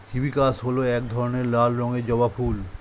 hibiscus হল এক ধরনের লাল রঙের জবা ফুল